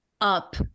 up